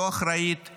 לא אחראית,